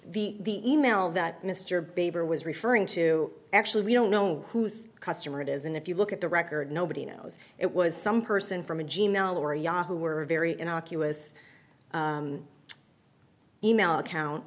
the e mail that mr baber was referring to actually we don't know whose customer it is and if you look at the record nobody knows it was some person from a g mail or yahoo or a very innocuous email account